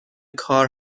کار